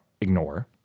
ignore